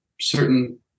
certain